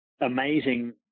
amazing